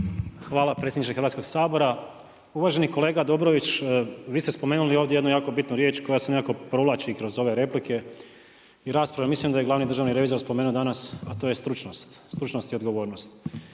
Hvala predsjedniče Hrvatskog sabora. Uvaženi kolega Dobrović, vi ste spomenuli ovdje jednu jako bitnu riječ koja se nekako provlači kroz ove replike i rasprave. Mislim da je glavni državni revizor spomenuo danas a to je stručnost, stručnost i odgovornost.